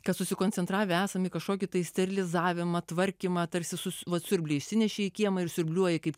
kad susikoncentravę esam į kažkokį tai sterilizavimą tvarkymą tarsi su vat siurblį išsinešei į kiemą ir siurbliuoji kaip